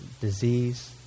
disease